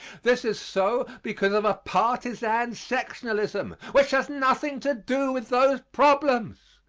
this is so because of a partisan sectionalism which has nothing to do with those problems.